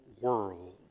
world